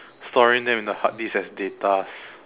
storing them in the hard disc as datas